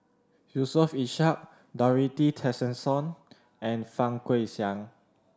Yusof Ishak Dorothy Tessensohn and Fang Guixiang